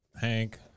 Hank